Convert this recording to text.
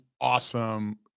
Awesome